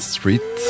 Street